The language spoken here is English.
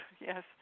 Yes